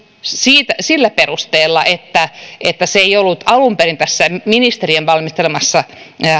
sillä perusteella että että se ei ollut alun perin tässä ministeriön valmistelemassa